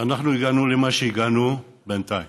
הגענו למה שהגענו בינתיים,